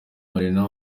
marina